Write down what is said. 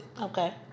okay